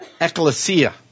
ecclesia